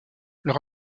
leur